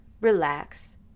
relax